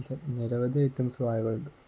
നിരവധി ഐറ്റംസ് വാഴകളുണ്ട്